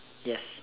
yes